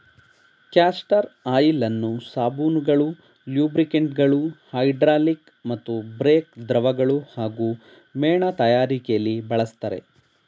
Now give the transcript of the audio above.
castor ಆಯಿಲನ್ನು ಸಾಬೂನುಗಳು ಲೂಬ್ರಿಕಂಟ್ಗಳು ಹೈಡ್ರಾಲಿಕ್ ಮತ್ತು ಬ್ರೇಕ್ ದ್ರವಗಳು ಹಾಗೂ ಮೇಣ ತಯಾರಿಕೆಲಿ ಬಳಸ್ತರೆ